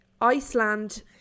Iceland